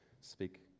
speak